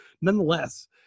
nonetheless –